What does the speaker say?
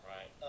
Right